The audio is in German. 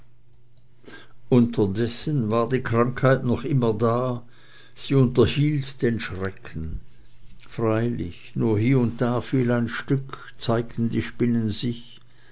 unterdessen war die krankheit noch immer da sie unterhielt den schrecken freilich nur hie und da fiel ein stück zeigten die spinnen sich